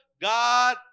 God